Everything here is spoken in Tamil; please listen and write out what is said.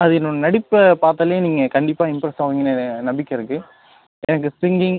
அது என்னோட நடிப்பை பார்த்தாலே நீங்கள் கண்டிப்பாக இம்ப்ரெஸ் ஆகுவீங்கன்னு நம்பிக்கை இருக்கு எனக்கு சிங்கிங்